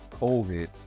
COVID